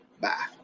Bye